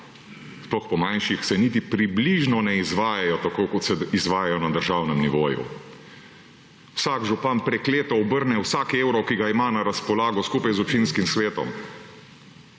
sploh po manjših, se niti približno ne izvajajo tako kot se izvajajo na državnem nivoju. Vsak župan prekleto obrne vsak evro, ki ga ima na razpolago, skupaj z občinskim svetom,